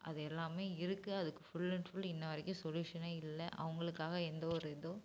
அதை எல்லாமே இருக்கு அதுக்கு ஃபுல் அண்ட் ஃபுல் இன்ன வரைக்கும் சொலியூஷனே இல்லை அவங்களுக்காக எந்த ஒரு இதுவும்